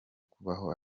kubaho